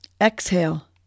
Exhale